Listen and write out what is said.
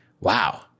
wow